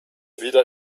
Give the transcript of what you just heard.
wieder